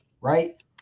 right